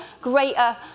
greater